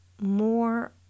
more